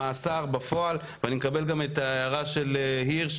מאסר בפועל ואני מקבל גם את ההערה של הירש,